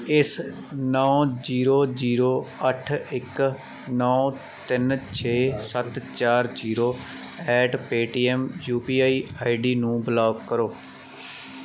ਇਸ ਨੌਂ zero zero ਅੱਠ ਇੱਕ ਨੌਂ ਤਿੰਨ ਛੇ ਸੱਤ ਚਾਰ zero at Paytm U P I ID ਨੂੰ ਬਲਾਕ ਕਰੋ